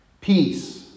Peace